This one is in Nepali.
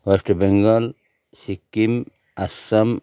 वेस्ट बेङ्गाल सिक्किम आसाम